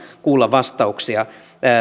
kuulla vastauksia